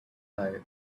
night